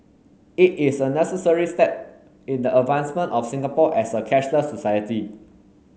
it is a necessary step in the advancement of Singapore as a cashless society